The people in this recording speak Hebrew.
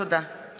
תודה.